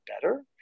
better